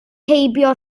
heibio